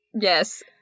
Yes